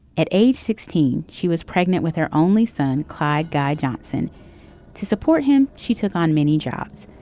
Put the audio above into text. at age sixteen she was pregnant with her only son clyde. guy johnson to support him. she took on many jobs.